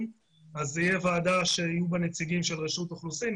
אז תהיה ועדה שיהיו בה נציגים של רשות האוכלוסין,